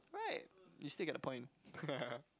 right you still get the point